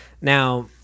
Now